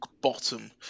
bottom